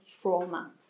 trauma